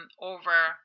over